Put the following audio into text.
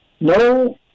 No